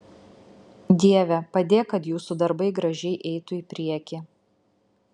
dieve padėk kad jūsų darbai gražiai eitų į priekį